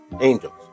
angels